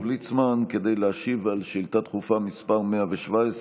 ליצמן כדי להשיב על שאילתה דחופה מס' 117,